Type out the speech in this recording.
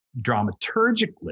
dramaturgically